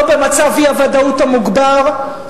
או במצב אי-הוודאות המוגבר,